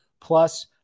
plus